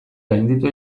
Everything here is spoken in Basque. gainditu